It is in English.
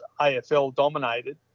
AFL-dominated